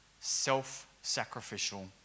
self-sacrificial